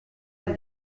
del